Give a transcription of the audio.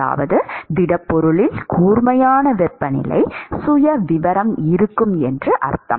அதாவது திடப்பொருளில் கூர்மையான வெப்பநிலை சுயவிவரம் இருக்கும் என்று அர்த்தம்